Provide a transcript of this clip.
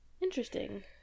interesting